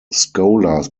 scholars